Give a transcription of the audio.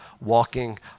walking